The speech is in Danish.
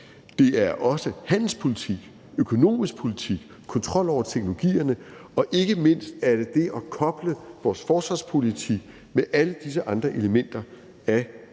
det er handelspolitik, økonomisk politik og kontrol over teknologierne, og ikke mindst er det at koble vores forsvarspolitik med alle disse andre elementer af